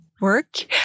work